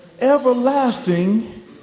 Everlasting